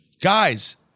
guys